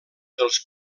dels